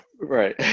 Right